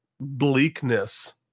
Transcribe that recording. bleakness